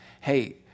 hey